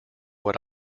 what